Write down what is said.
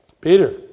Peter